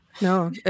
No